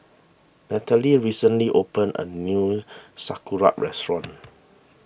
Nathaly recently opened a new Sauerkraut restaurant